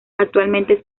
actualmente